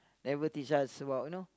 never teach us about you know